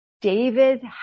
David